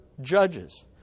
judges